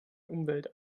umwelt